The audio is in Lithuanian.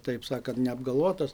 taip sakant neapgalvotas